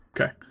Okay